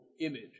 image